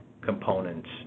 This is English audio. components